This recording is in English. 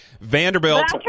Vanderbilt